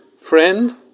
Friend